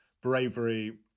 bravery